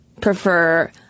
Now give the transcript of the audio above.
prefer